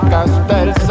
Castel